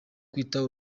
kwita